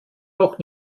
auch